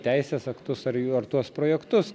teisės aktus ar jų ar tuos projektus